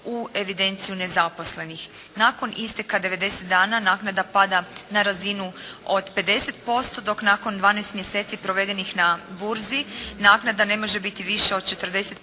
u evidenciju nezaposlenih. Nakon isteka 90 dana naknada pada na razinu od 50% dok nakon 12 mjeseci provedenih na burzi, naknada ne može biti viša od 40%